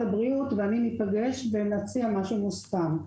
הבריאות ואני ניפגש ונציע משהו מוסכם.